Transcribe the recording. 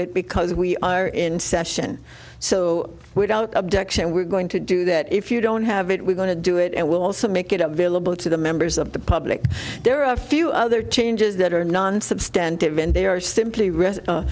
it because we are in session so without objection we're going to do that if you don't have it we're going to do it and we'll also make it available to the members of the public there are a few other changes that are non substantive and they are simply